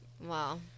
wow